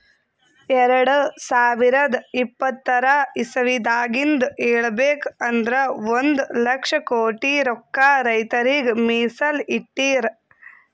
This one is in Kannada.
ಎರಡ ಸಾವಿರದ್ ಇಪ್ಪತರ್ ಇಸವಿದಾಗಿಂದ್ ಹೇಳ್ಬೇಕ್ ಅಂದ್ರ ಒಂದ್ ಲಕ್ಷ ಕೋಟಿ ರೊಕ್ಕಾ ರೈತರಿಗ್ ಮೀಸಲ್ ಇಟ್ಟಿರ್